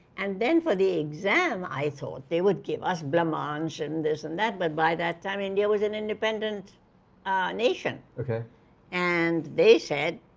and then for the exam, i thought they would give us blancmange and this and that. but, by that time india was an independent ah nation and they said,